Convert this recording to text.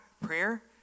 prayer